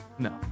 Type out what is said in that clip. No